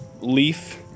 leaf